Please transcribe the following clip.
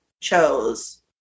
chose